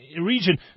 region